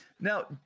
Now